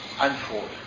unfold